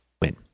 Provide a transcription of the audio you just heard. Win